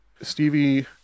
stevie